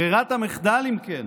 ברירת המחדל, אם כן,